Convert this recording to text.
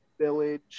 village